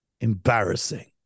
Embarrassing